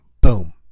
Boom